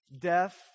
death